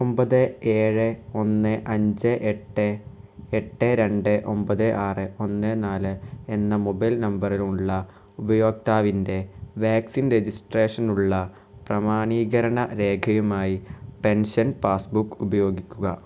ഒൻപത് ഏഴ് ഒന്ന് അഞ്ച് എട്ട് എട്ട് രണ്ട് ഒൻപത് ആറ് ഒന്ന് നാല് എന്ന മൊബൈൽ നമ്പറ്ലുള്ള ഉപയോക്താവിൻ്റെ വാക്സിൻ രജിസ്ട്രേഷനുള്ള പ്രമാണീകരണ രേഖയുമായി പെൻഷൻ പാസ്ബുക്ക് ഉപയോഗിക്കുക